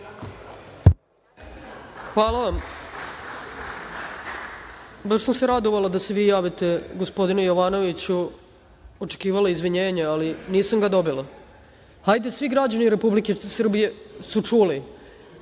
Hvala. Baš sam se radovala da se vi javite, gospodine Jovanoviću, očekivala izvinjenje, ali nisam ga dobila. Hajde svi građani Republike Srbije su čuli,